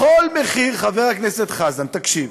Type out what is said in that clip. בכל מחיר, חבר הכנסת חזן, תקשיב.